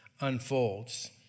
unfolds